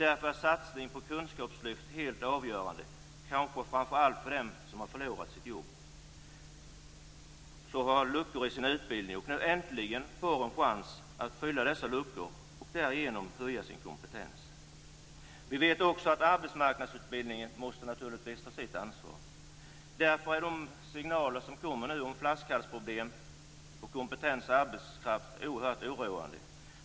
Därför är satsningen på kunskapslyft helt avgörande - kanske framför allt för dem som har förlorat sitt jobb, har luckor i sin utbildning och nu äntligen får en chans att fylla dessa luckor och därigenom höja sin kompetens. Vi vet också att arbetsmarknadsutbildningen naturligtvis måste ta sitt ansvar. Därför är de signaler som kommer nu om flaskhalsproblem i tillgången på kompetent arbetskraft oerhört oroande.